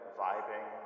vibing